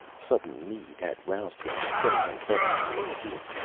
sudden need had roused him, getting him suddenly to his feet.